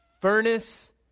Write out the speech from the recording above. furnace